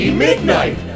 Midnight